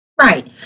right